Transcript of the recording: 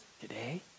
today